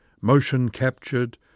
motion-captured